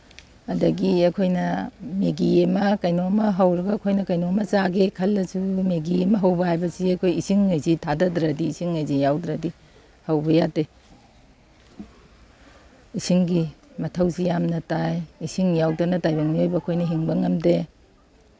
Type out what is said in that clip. ꯑꯗꯒꯤ ꯑꯩꯈꯣꯏꯅ ꯃꯦꯒꯤ ꯑꯃ ꯀꯩꯅꯣꯝꯃ ꯍꯧꯔꯒ ꯑꯩꯈꯣꯏꯅ ꯀꯩꯅꯣꯝꯃ ꯆꯥꯒꯦ ꯈꯜꯂꯁꯨ ꯃꯦꯒꯤ ꯑꯃ ꯍꯧꯕ ꯍꯥꯏꯕꯁꯤ ꯑꯩꯈꯣꯏ ꯏꯁꯤꯡ ꯍꯥꯏꯁꯤ ꯊꯥꯗꯗ꯭ꯔꯗꯤ ꯏꯁꯤꯡ ꯍꯥꯏꯁꯤ ꯌꯥꯎꯗ꯭ꯔꯗꯤ ꯍꯧꯕ ꯌꯥꯗꯦ ꯏꯁꯤꯡꯒꯤ ꯃꯊꯧꯁꯤ ꯌꯥꯝꯅ ꯇꯥꯏ ꯏꯁꯤꯡ ꯌꯥꯎꯗꯅ ꯇꯥꯏꯕꯪ ꯃꯤꯑꯣꯏꯕ ꯑꯩꯈꯣꯏꯅ ꯍꯤꯡꯕ ꯉꯝꯗꯦ